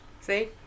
See